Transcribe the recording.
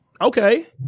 Okay